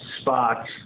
spots